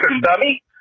dummy